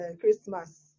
Christmas